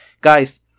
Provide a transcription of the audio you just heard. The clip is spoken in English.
guys